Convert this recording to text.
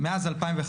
"מאז 2001,